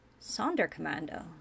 Sonderkommando